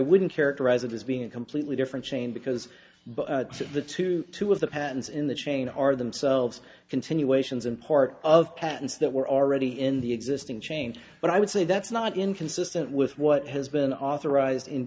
wouldn't characterize it as being completely different chain because the two two of the patents in the chain are themselves continuations in part of patents that were already in the existing change but i would say that's not inconsistent with what has been authorized in